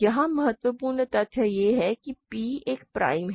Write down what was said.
यहाँ महत्वपूर्ण तथ्य यह है कि p एक प्राइम है